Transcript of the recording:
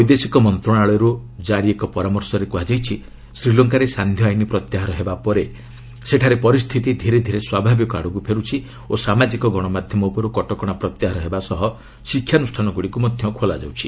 ବୈଦେଶିକ ମନ୍ତ୍ରଣାଳୟରୁ ଜାରି ଏକ ପରାମର୍ଶରେ କୁହାଯାଇଛି ଶ୍ରୀଲଙ୍କାରେ ସାନ୍ଧ୍ୟ ଆଇନ୍ ପ୍ରତ୍ୟାହାର ହେବା ପରେ ସେଠାରେ ପରିସ୍ଥିତି ଧୀରେ ଧୀରେ ସ୍ୱାଭାବିକ ଆଡ଼କୁ ଫେରୁଛି ଓ ସାମାଜିକ ଗଣମାଧ୍ୟମ ଉପରୁ କଟକଣା ପ୍ରତ୍ୟାହାର ହେବା ସହ ଶିକ୍ଷାନୁଷ୍ଠାନଗୁଡ଼ିକୁ ମଧ୍ୟ ଖୋଲା ଯାଉଛି